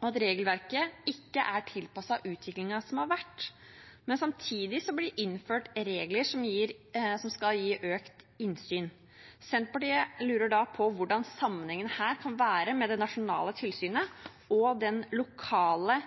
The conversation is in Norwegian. og at regelverket ikke er tilpasset utviklingen som har vært. Men samtidig blir det innført regler som skal gi økt innsyn. Senterpartiet lurer da på hvordan sammenhengen her kan være mellom det nasjonale tilsynet og den lokale